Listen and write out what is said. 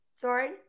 Sorry